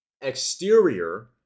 exterior